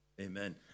Amen